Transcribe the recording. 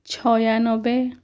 ଛୟାନବେ